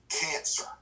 cancer